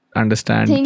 understand